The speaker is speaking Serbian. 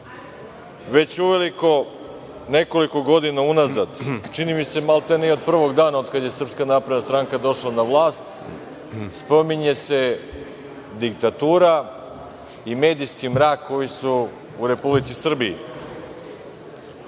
uveliko, nekoliko godina unazad, čini mi se, maltene od prvog dana od kada je SNS došla na vlast, spominje se diktatura i medijski mrak koji su u Republici Srbiji.